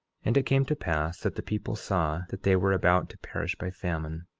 and it came to pass that the people saw that they were about to perish by famine,